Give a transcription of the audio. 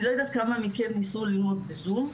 אני לא יודעת כמה מכם ניסו ללמוד בזום,